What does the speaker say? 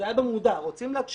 וזה היה במודע: רוצים להקשיח,